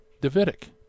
Davidic